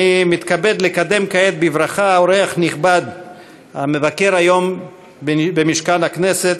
אני מתכבד לקדם כעת בברכה אורח נכבד המבקר היום במשכן הכנסת,